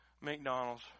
McDonald's